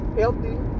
healthy